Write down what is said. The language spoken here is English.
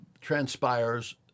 Transpires